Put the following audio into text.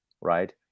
right